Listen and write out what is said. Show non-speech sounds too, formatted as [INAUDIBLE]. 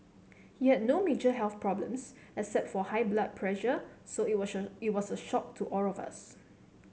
he had no major health problems except for high blood pressure so it [UNINTELLIGIBLE] it was a shock to all of us